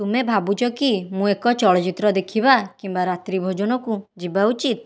ତୁମେ ଭାବୁଛ କି ମୁଁ ଏକ ଚଳଚ୍ଚିତ୍ର ଦେଖିବା କିମ୍ବା ରାତ୍ରୀ ଭୋଜନକୁ ଯିବା ଉଚିତ୍